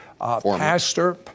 pastor